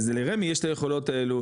וזה לרמ"י יש את היכולות האלו,